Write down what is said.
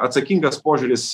atsakingas požiūris